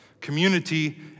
Community